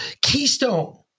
keystone